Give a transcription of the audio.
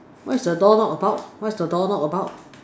what is the door knob about what is door knob about